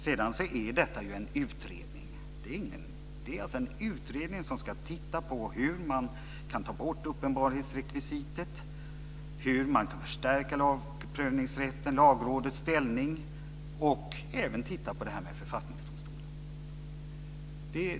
Sedan är detta en utredning som ska titta på hur man kan ta bort uppenbarhetsrekvisitet, hur man kan förstärka lagprövningsrätten och Lagrådets ställning och även titta på frågan om en författningsdomstol.